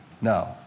No